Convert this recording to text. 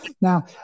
Now